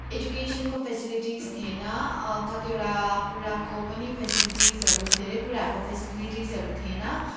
एजुकेसनको facilities थिएन कतिवटा कुराको पनि फ्यासिलिटिजहरू धेरै कुराहरूको फेसिलिटिजहरू थिएन